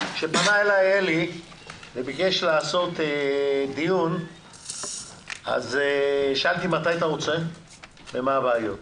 כשפנה אליי אלי בין וביקש לערוך דיון שאלתי: מתי אתה רוצה ומה הבעיות?